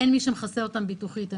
אין מי שמכסה אותם מבחינת הביטוח.